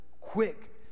quick